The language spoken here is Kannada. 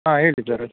ಹಾಂ ಹೇಳಿ ಸರ